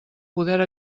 poder